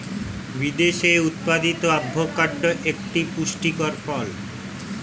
বিদেশে উৎপাদিত অ্যাভোকাডো একটি সুপুষ্টিকর ফল